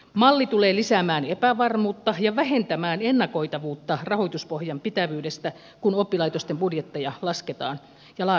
malli tulee lisäämään epävarmuutta ja vähentämään ennakoitavuutta rahoituspohjan pitävyydestä kun oppilaitosten budjetteja lasketaan ja laaditaan